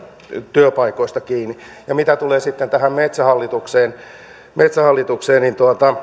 työpaikoista kiinni mitä tulee tähän metsähallitukseen metsähallitukseen niin